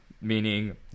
meaning